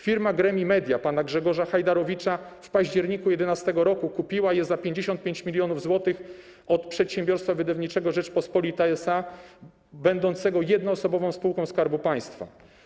Firma Gremi Media pana Grzegorza Hajdarowicza w październiku 2011 r. kupiła je za 55 mln zł od Przedsiębiorstwa Wydawniczego „Rzeczpospolita” SA będącego jednoosobową spółką Skarbu Państwa.